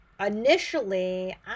Initially